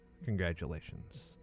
congratulations